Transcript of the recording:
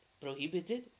prohibited